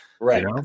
Right